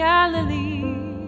Galilee